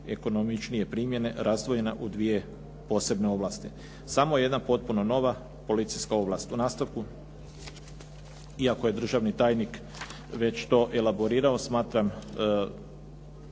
ekonomičnije primjene razdvojena u dvije posebne ovlasti. Samo je jedna potpuno nova policijska ovlast, u nastavku iako je državni tajnik već to elaborirao smatram